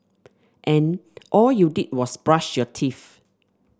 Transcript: and all you did was brush your teeth